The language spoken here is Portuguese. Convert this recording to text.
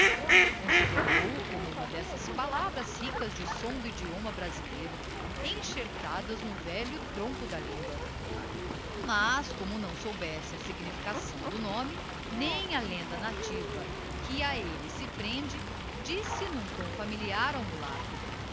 considerou o como uma d'essas palavras ricas de som do idioma brasileiro enxertadas no velho tronco da lingua mas como não soubesse a signiíicação do nome nem a lenda nativa que a elle se prende disse n'um tom familiar ao mulato